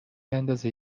اندازه